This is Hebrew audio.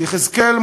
יחזקאל,